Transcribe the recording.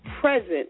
present